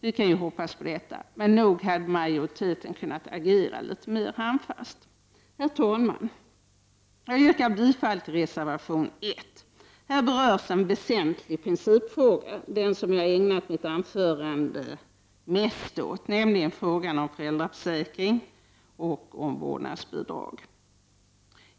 Vi kan ju hoppas på detta. Men nog hade majoriteten kunnat agera litet mera handfast. Herr talman! Jag yrkar bifall till reservation 1. Här berörs en väsentlig principfråga, som jag ägnat mitt anförande mest åt, nämligen föräldraförsäkring och omvårdnadsbidrag.